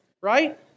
right